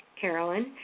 Carolyn